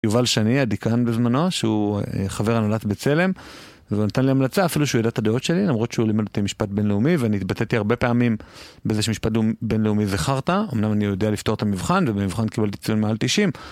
יובל שני, הדיקן בזמנו, שהוא חבר הנהלת בצלם, והוא נתן לי המלצה, אפילו שהוא ידע את הדעות שלי, למרות שהוא לימד אותי משפט בינלאומי, ואני התבטאתי הרבה פעמים בזה שמשפט בינלאומי זה חרטא, אמנם אני יודע לפתור את המבחן, ובמבחן קיבלתי ציון מעל 90.